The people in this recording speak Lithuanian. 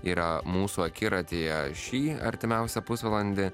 yra mūsų akiratyje šį artimiausią pusvalandį